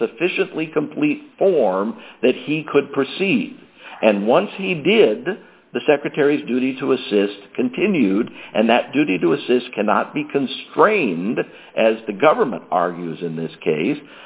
sufficiently complete form that he could proceed and once he did the secretary's duty to assist continued and that duty to assist cannot be constrained as the government argues in this case